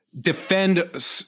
defend